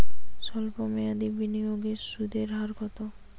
সল্প মেয়াদি বিনিয়োগে সুদের হার কত?